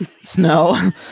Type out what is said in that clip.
Snow